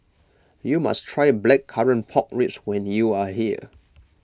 you must try Blackcurrant Pork Ribs when you are here